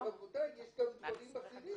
אבל רבותי, יש גם דברים אחרים.